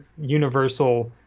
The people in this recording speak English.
universal